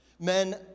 Men